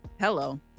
hello